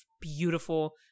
beautiful